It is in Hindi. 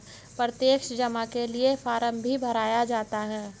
प्रत्यक्ष जमा के लिये फ़ार्म भी भराया जाता है